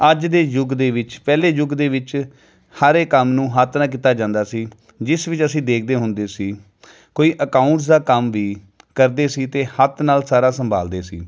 ਅੱਜ ਦੇ ਯੁੱਗ ਦੇ ਵਿੱਚ ਪਹਿਲੇ ਯੁਗ ਦੇ ਵਿੱਚ ਹਰ ਇੱਕ ਕੰਮ ਨੂੰ ਹੱਥ ਨਾਲ ਕੀਤਾ ਜਾਂਦਾ ਸੀ ਜਿਸ ਵਿੱਚ ਅਸੀਂ ਦੇਖਦੇ ਹੁੰਦੇ ਸੀ ਕੋਈ ਅਕਾਊਂਟਸ ਦਾ ਕੰਮ ਵੀ ਕਰਦੇ ਸੀ ਤਾਂ ਹੱਥ ਨਾਲ ਸਾਰਾ ਸੰਭਾਲਦੇ ਸੀ